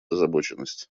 озабоченность